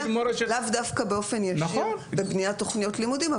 לאו דווקא באופן ישיר בבניית תוכניות לימודים,